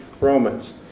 Romans